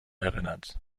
erinnert